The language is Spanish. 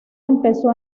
empezó